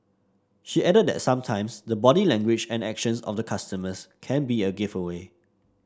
she added that sometimes the body language and actions of the customers can be a giveaway